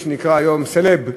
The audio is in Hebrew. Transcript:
מה שנקרא היום "סלב",